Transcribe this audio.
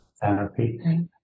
therapy